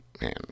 Man